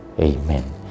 Amen